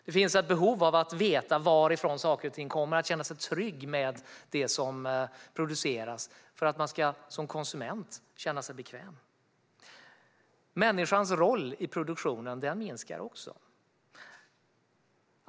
Det finns ett behov av att veta varifrån saker och ting kommer och av att känna sig trygg med det som produceras för att man som konsument ska känna sig bekväm. Människans roll i produktionen minskar också.